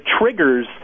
triggers